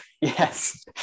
Yes